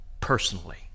personally